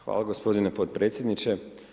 Hvala gospodine podpredsjedniče.